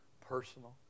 personal